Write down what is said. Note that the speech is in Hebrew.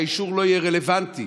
שהאישור לא יהיה רלוונטי?